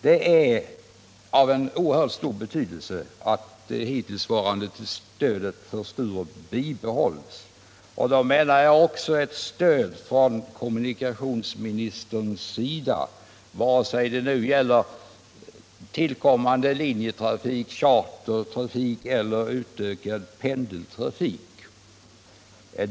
Det är av oerhört stor betydelse att det hittillsvarande stödet för Sturup bibehålls. Då avser jag också ett stöd från kommunikationsministern, vare sig det nu gäller tillkommande linjetrafik, chartertrafik eller utökad pendeltrafik.